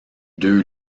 deux